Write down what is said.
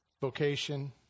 vocation